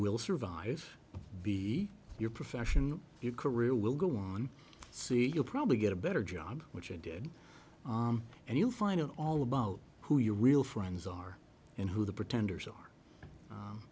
will survive be your profession your career will go on so you'll probably get a better job which i did and you'll find out all about who your real friends are and who the pretender